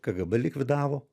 kgb likvidavo